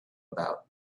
about